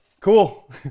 Cool